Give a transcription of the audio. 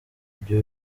ibyo